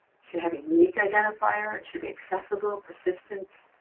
should have a unique identifier, should be accessible, persistent,